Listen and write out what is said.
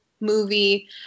movie